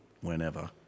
whenever